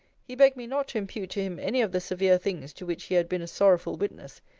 he begged me not to impute to him any of the severe things to which he had been a sorrowful witness.